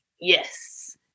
yes